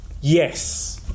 yes